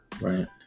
Right